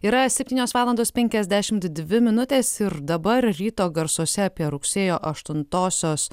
yra septynios valandos penkiasdešimt dvi minutės ir dabar ryto garsuose apie rugsėjo aštuntosios